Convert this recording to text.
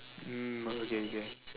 mm okay okay